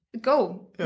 go